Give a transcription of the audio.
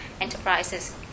enterprises